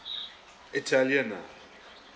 italian ah